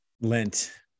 Lent